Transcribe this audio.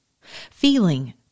feeling